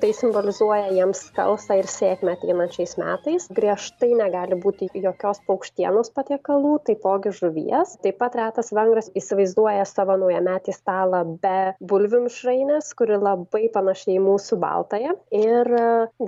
tai simbolizuoja jiems skalsą ir sėkmę ateinančiais metais griežtai negali būti jokios paukštienos patiekalų taipogi žuvies taip pat retas vengras įsivaizduoja savo naujametį stalą be bulvių mišrainės kuri labai panaši į mūsų baltąją ir